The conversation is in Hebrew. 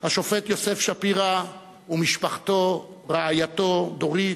השופט יוסף שפירא ומשפחתו, רעייתו דורית,